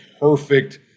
perfect